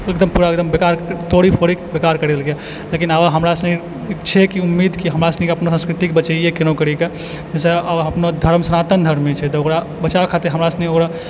एकदम मतलब एकदम बेकार करी देलकै लेकिन आब हमरा सङ्गे ई छै कि उम्मीद हमरा सभकेँ अपनो संस्कृतिके बचबिऔ कोना कऽ जाहिसॅं अपनो धर्म सनातन धर्म जे छै ओकरा बचाबै खातिर हमरा सब ओकरा